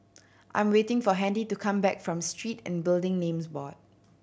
I'm waiting for Handy to come back from Street and Building Names Board